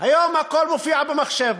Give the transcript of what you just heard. היום הכול מופיע במחשב.